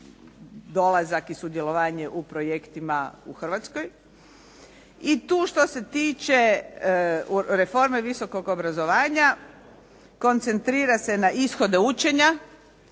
dolazak i sudjelovanje u projektima u Hrvatskoj. I tu što se tiče reforme visokog obrazovanja koncentrira se na ishode učenja,